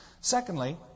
Secondly